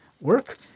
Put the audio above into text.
work